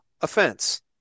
offense